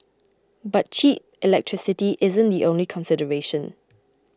but cheap electricity isn't the only consideration